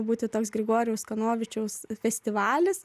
būti toks grigorijaus kanovičiaus festivalis